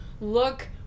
look